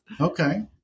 Okay